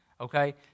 Okay